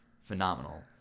phenomenal